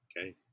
Okay